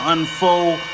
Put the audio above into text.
Unfold